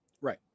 right